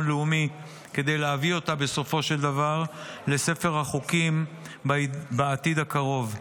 לאומי כדי להביא אותה בסופו של דבר לספר החוקים בעתיד הקרוב.